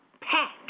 pack